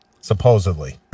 supposedly